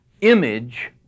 image